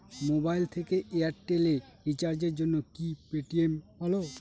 Mobile থেকে Airtel এ রিচার্জের জন্য কি পেটিএম ভালো?